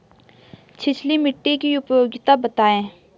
छिछली मिट्टी की उपयोगिता बतायें?